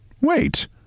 wait